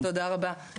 תודה רבה.